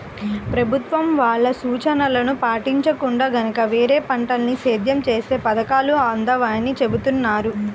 ప్రభుత్వం వాళ్ళ సూచనలను పాటించకుండా గనక వేరే పంటల్ని సేద్యం చేత్తే పథకాలు అందవని చెబుతున్నారు